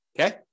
okay